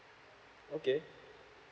okay